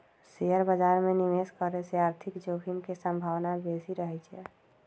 share बाजार में निवेश करे से आर्थिक जोखिम के संभावना बेशि रहइ छै